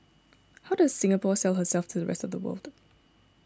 how does Singapore sell herself to the rest of the world